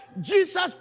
Jesus